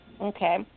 Okay